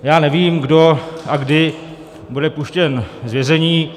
Já nevím, kdo a kdy bude puštěn z vězení.